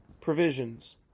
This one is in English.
provisions